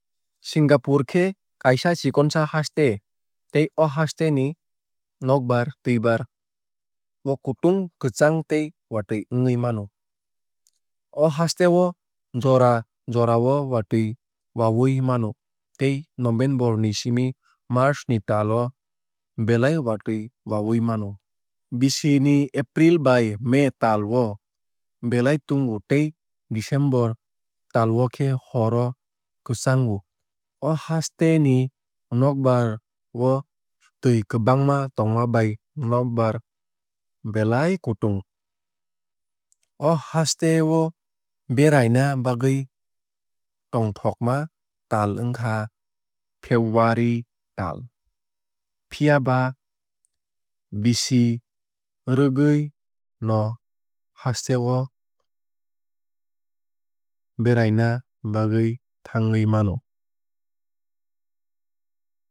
Singapore khe kaisa chikonsa haste tei o haste ni nokbar twuibar o kutung kwchang tei watui wngwui mano. O haste o jora jora o watui wawui mano tei november ni simi march ni tal o belai watui wawui mano. Bisini april bai may tal o belai tungo tei december tal o khe hor o kwchango. O haste ni nokbar o twui kwbangma tongma bai nokbar belai kutung. O haste o beraina bagwui tongthokma tal wngkha february tal. Phiaba bisi rwgui no haste o beraina bagwui thangui mano.